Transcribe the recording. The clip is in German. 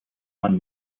man